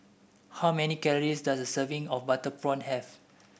how many calories does a serving of Butter Prawn have